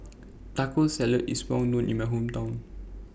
Taco Salad IS Well known in My Hometown